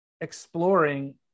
exploring